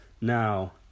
Now